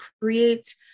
create